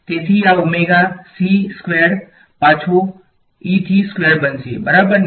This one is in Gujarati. તેથી આ ઓમેગા c થી સ્ક્વેર્ડ પાછો E થી સ્ક્વેર્ડ બનશે બરાબર ને